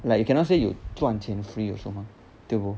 like you cannot say you 赚钱 free also mah tio bo